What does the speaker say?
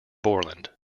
borland